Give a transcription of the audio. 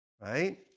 right